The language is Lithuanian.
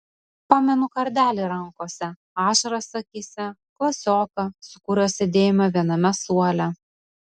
pamenu kardelį rankose ašaras akyse klasioką su kuriuo sėdėjome viename suole